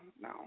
no